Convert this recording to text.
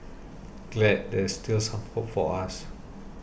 glad there's still some hope for us